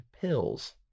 pills